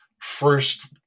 first –